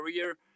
career